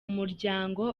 muryango